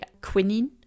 quinine